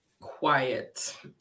quiet